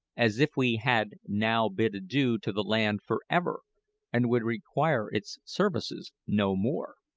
as if we had now bid adieu to the land for ever and would require its services no more.